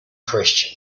christian